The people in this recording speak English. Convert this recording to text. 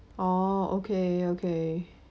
orh okay okay